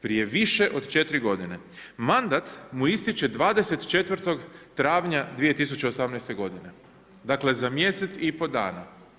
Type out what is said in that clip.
Prije više od 4 godine, mandat mu istječe 24. travnja 2018. godine, dakle za mjesec i pol dana.